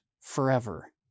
forever